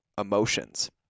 emotions